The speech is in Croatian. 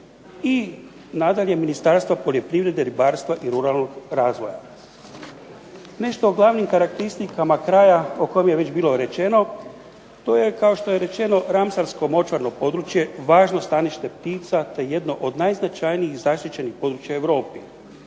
i nadalje Ministarstva poljoprivrede, ribarstva i ruralnog razvoja“. Nešto o glavnim karakteristikama kraja o kojem je već bilo rečeno. To je kao što je rečeno ramsarsko močvarno područje važno stanište ptica, te jedno od najznačajnih zaštićenih područja u Europi.